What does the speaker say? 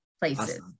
places